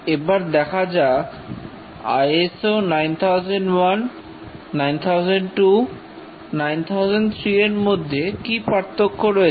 এবারে দেখা যাক ISO 900190029003 এর মধ্যে কি পার্থক্য রয়েছে